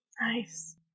Nice